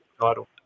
title